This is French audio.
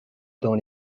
dans